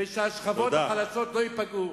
ושהשכבות החלשות לא ייפגעו.